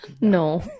No